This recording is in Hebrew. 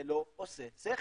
זה לא עושה שכל.